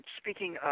speaking